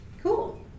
Cool